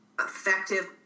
effective